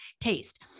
taste